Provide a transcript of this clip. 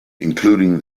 including